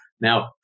Now